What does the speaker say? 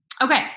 Okay